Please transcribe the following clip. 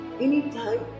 Anytime